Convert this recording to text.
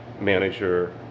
manager